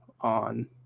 on